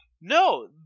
No